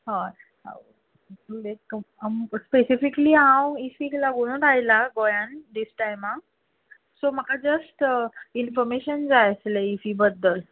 हय स्पेसीफिकली हांव इफ्फीकूत लागून आयलां गोंयान दिस टायम सो म्हाका जस्ट इंफोरमेशन जाय आसले इफ्फीबद्दल